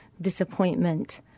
disappointment